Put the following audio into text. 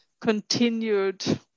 continued